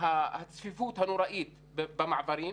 הצפיפות הנוראית במעברים,